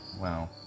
Wow